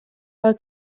pel